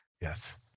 yes